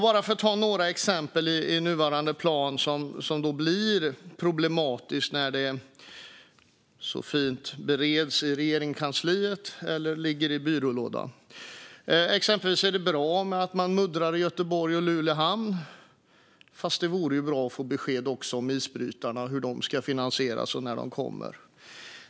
Låt mig ge några exempel i nuvarande plan som blir problematiska när de så fint bereds i Regeringskansliet eller ligger i byrålådan. Exempelvis är det bra att man muddrar i Göteborgs och Luleås hamnar. Fast det vore bra att också få besked om hur isbrytarna ska finansieras och när de kommer.